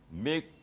make